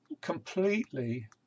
completely